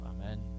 Amen